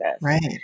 Right